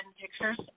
pictures